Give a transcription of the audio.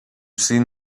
seen